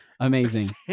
Amazing